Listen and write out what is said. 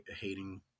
hating